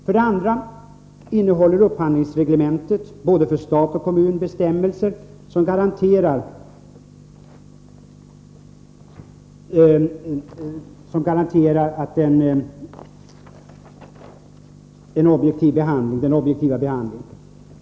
För det andra innehåller upphandlingsreglementet för både stat och kommun bestämmelser som garanterar den objektiva behandlingen.